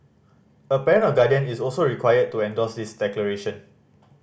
a parent or guardian is also required to endorse this declaration